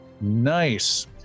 Nice